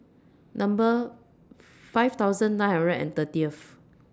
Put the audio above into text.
Number five thousand nine hundred and thirtyth